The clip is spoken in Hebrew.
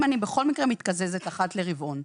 אם אני בכל מקרה מתקזזת אחת לרבעון,